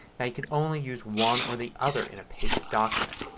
now you can only use one or the other in a paged document.